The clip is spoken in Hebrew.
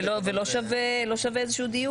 ולא שווה איזשהו דיוק?